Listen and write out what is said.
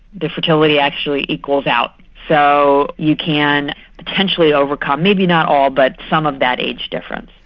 the fertility actually equals out. so you can potentially overcome maybe not all but some of that age difference.